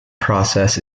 process